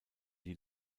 die